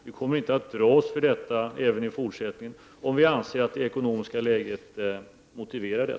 Vi kommer inte att dra oss för det även i fortsättningen, om vi anser att det ekonomiska läget motiverar det.